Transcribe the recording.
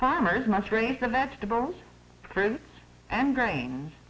farmers must raise the vegetables fruits and grains